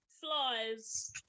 Flies